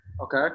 Okay